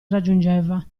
raggiungeva